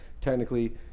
technically